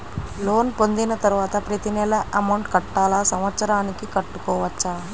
Loan పొందిన తరువాత ప్రతి నెల అమౌంట్ కట్టాలా? సంవత్సరానికి కట్టుకోవచ్చా?